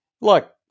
look